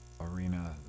arena